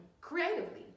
creatively